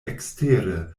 ekstere